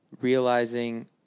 realizing